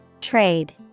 Trade